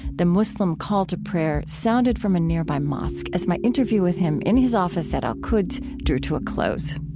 the muslim call to prayer sounded from a nearby mosque as my interview with him in his office at al-quds drew to a close